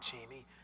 Jamie